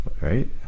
right